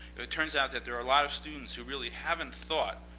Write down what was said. it turns out that there are a lot of students who really haven't thought,